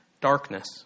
darkness